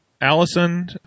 Allison